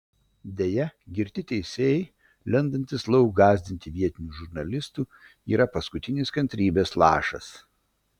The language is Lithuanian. deja girti teisėjai lendantys lauk gąsdinti vietinių žurnalistų yra paskutinis kantrybės lašas